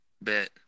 Bet